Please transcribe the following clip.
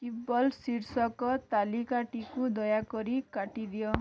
kick ball ଶୀର୍ଷକ ତାଲିକାଟିକୁ ଦୟାକରି କାଟିଦିଅ